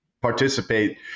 participate